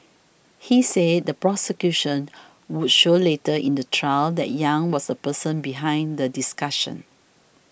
he said the prosecution would show later in the trial that Yang was the person behind the discussions